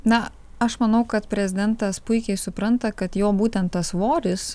na aš manau kad prezidentas puikiai supranta kad jo būtent tas svoris